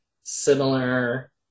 similar